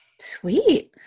Sweet